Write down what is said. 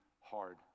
hard